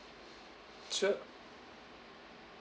sure